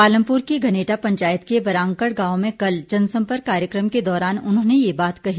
पालमपुर की घनेटा पंचायत के बरांकड़ गांव में कल जनसंपर्क कार्यक्रम के दौरान उन्होंने ये बात कही